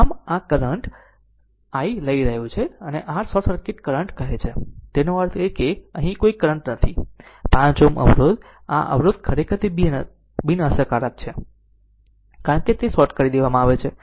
આમ આ current i લઈ રહ્યો છે જેને r શોર્ટ સર્કિટ કરન્ટ કહે છે તેનો અર્થ એ કે અહીં કોઈ કરંટ નથી 5 5 Ω આ અવરોધ ખરેખર તે બિનઅસરકારક છે કારણ કે આ શોર્ટ કરી દેવામાં આવે છે